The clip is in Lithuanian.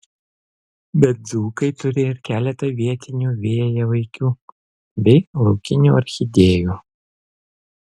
bet dzūkai turi ir keletą vietinių vėjavaikių bei laukinių orchidėjų